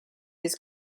his